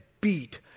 beat